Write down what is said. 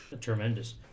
tremendous